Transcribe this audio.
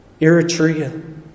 Eritrea